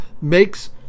makes